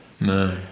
No